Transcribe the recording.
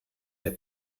der